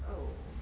oh